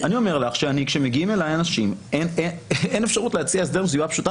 אני אומר לך שמגיעים אלי אנשים ואין אפשרות להציע הסדר וזאת מסיבה פשוטה